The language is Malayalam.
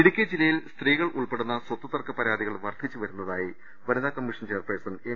ഇടുക്കി ജില്ലയിൽ സ്ത്രീകൾ ഉൾപ്പെടുന്ന സ്വത്ത് തർക്ക പരാ തികൾ വർദ്ധിച്ചുവരുന്നതായി വനിതാ കമ്മീഷൻ ചെയർപേഴ്സൺ എം